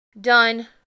done